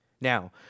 Now